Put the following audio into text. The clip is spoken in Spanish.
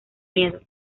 miedo